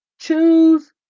Choose